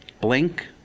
Blink